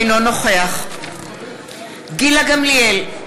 אינו נוכח גילה גמליאל,